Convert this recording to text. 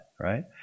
right